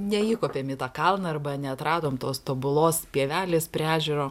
neįkopėm į tą kalną arba neatradom tos tobulos pievelės prie ežero